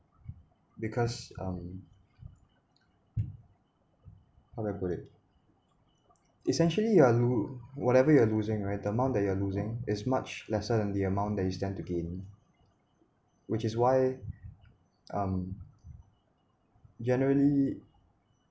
because um how do I put it essentially you are lo~ whatever you are losing right the amount that you are losing is much lesser than the amount that you stand to gain which is why um generally